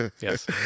Yes